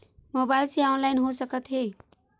Mobile से online हो सकत हे?